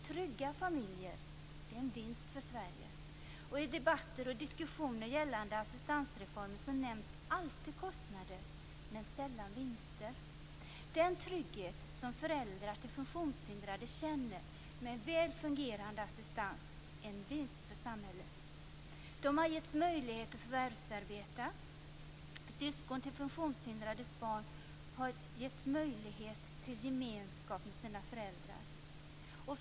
Trygga familjer är en vinst för Sverige. I debatter och diskussioner gällande assistansreformen nämns alltid kostnader men sällan vinster. Den trygghet som föräldrar till funktionshindrade känner med väl fungerande assistans är en vinst för samhället. De har getts möjlighet att förvärvsarbeta. Syskon till funktionshindrade barn har getts möjlighet till gemenskap med sina föräldrar.